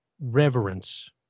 reverence